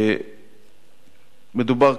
מדובר,